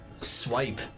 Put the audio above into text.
swipe